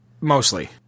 Mostly